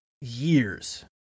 years